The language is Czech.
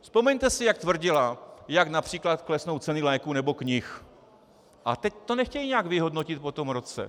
Vzpomeňte si, jak tvrdila, jak například klesnou ceny léků nebo knih, a teď to nechtějí nějak vyhodnotit po tom roce.